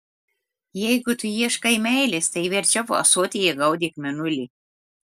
jeigu tu ieškai meilės tai verčiau ąsotyje gaudyk mėnulį